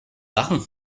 lachen